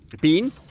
Bean